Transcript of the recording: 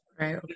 right